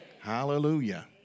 Hallelujah